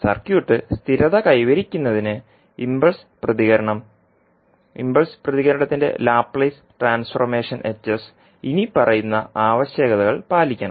circuit സ്ഥിരത കൈവരിക്കുന്നതിന് impulse പ്രതികരണം ഇംപൾസ് പ്രതികരണത്തിന്റെ ലാപ്ലേസ് ട്രാൻസ്ഫോർമേഷൻ ഇനിപ്പറയുന്ന ആവശ്യകതകൾ പാലിക്കണം